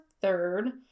third